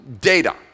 data